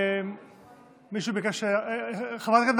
אנחנו עוברים להצבעה